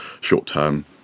short-term